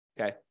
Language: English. Okay